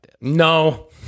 No